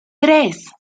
tres